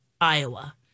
Iowa